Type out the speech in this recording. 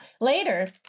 later